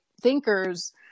thinkers